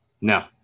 no